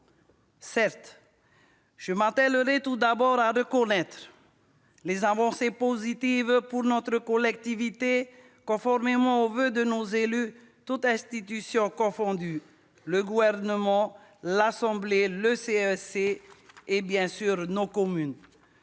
Certes ! Je m'attellerai tout d'abord à reconnaître les avancées positives pour notre collectivité, conformément aux voeux de nos élus, toutes institutions confondues : le gouvernement, l'assemblée, le Conseil économique,